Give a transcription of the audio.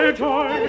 joy